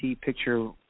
picture